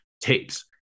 tapes